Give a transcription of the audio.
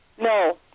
No